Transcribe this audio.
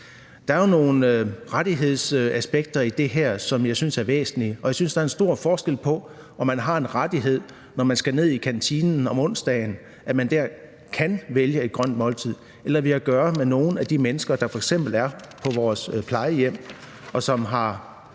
Der er jo nogle rettighedsaspekter i det her, som jeg synes er væsentlige, og jeg synes, der er en stor forskel på, om man har en rettighed, når man skal ned i kantinen om onsdagen, der går ud på, at man kan vælge et godt måltid, eller om vi har at gøre med nogle af de mennesker, der f.eks. er på vores plejehjem, og som i